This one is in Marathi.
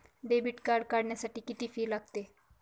डेबिट कार्ड काढण्यासाठी किती फी लागते?